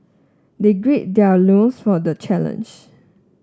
they grade their loins for the challenge